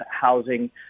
housing